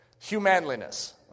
humanliness